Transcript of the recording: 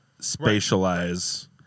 spatialize